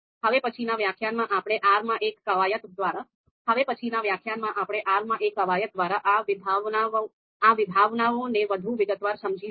હવે પછીના વ્યાખ્યાનમાં આપણે R માં એક કવાયત દ્વારા આ વિભાવનાઓને વધુ વિગતવાર સમજીશું